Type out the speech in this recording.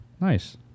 Nice